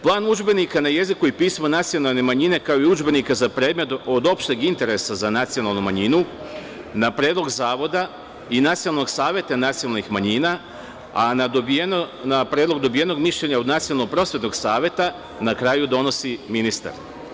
Plan udžbenika na jeziku i pismu nacionalne manjine kao i udžbenika za predmet od opšteg interesa za nacionalnu manjinu, na predlog zavoda i nacionalnog saveta nacionalnih manjina, a na predlog dobijenog mišljenja Nacionalno prosvetnog saveta, na kraju donosi ministar.